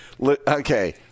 okay